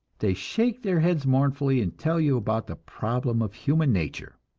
they shake their heads mournfully and tell you about the problem of human nature.